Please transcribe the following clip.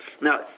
Now